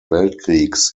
weltkriegs